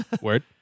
Word